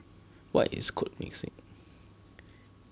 what is code mixing